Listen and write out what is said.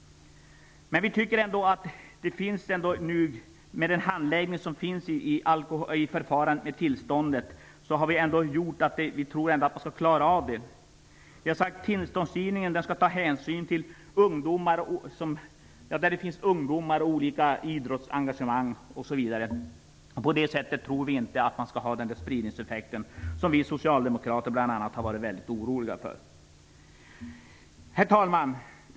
Med den handläggning som ingår i tillståndsförfarandet tror vi att det skall gå att klara av dessa frågor. Vi har sagt att tillståndsgivningen skall ta hänsyn till var ungdomar finns, idrottsengagemang osv. På det sättet tror vi inte att det skall bli den spridningseffekt som bl.a. vi socialdemokrater har varit oroliga för. Herr talman!